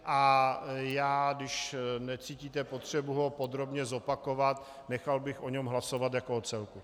A když necítíte potřebu ho podrobně zopakovat, nechal bych o něm hlasovat jako o celku.